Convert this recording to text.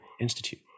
Institute